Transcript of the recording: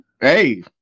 Hey